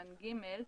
(ג)